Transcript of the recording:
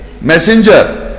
messenger